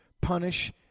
punish